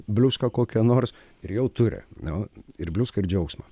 bliuską kokią nors ir jau turi nu ir bliuską ir džiaugsmą